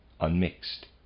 unmixed